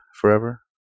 forever